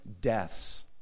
deaths